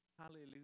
Hallelujah